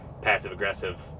passive-aggressive